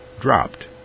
dropped